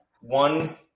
one